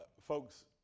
folks